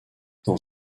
dans